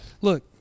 Look